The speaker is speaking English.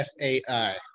FAI